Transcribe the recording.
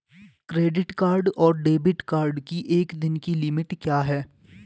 Credit card और debit card की एक दिन की लिमिट क्या है?